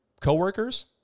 coworkers